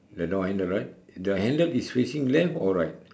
the door handle right the handle is facing left or right